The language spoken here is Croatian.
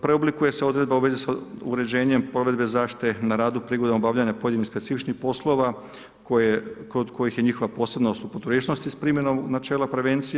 Preoblikuje se odredba u vezi s uređenjem provedbe zaštite na radu prigodom obavljanja pojedinih specifičnih poslova kod kojih je njihova posebnost u proturječnosti s primjenom načela prevencije.